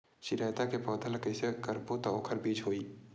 चिरैता के पौधा ल कइसे करबो त ओखर बीज होई?